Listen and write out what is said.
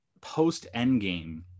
post-Endgame